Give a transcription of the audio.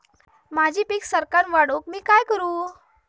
माझी पीक सराक्कन वाढूक मी काय करू?